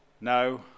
no